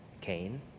Cain